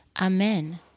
Amen